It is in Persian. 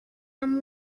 عمو